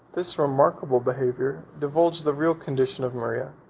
this remarkable behavior divulged the real condition of maria,